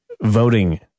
voting